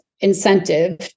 incentive